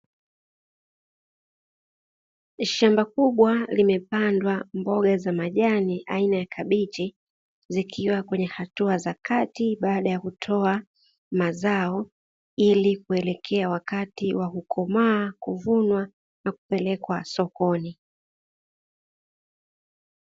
Shamba kubwa limepandwa mboga za majani aina ya kabichi, zikiwa kwenye hatua za kati baada yakutoa mazao, ilikuelekea wakati wa kukomaa, kuvunwa na kupelekwa sokoni.